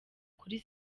kuri